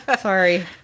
Sorry